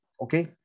okay